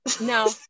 no